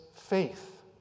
faith